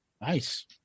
nice